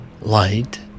light